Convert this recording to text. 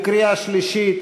בקריאה שלישית,